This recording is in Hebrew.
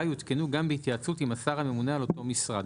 יותקנו גם בהתייעצות עם השר הממונה על אותו משרד".